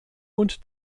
und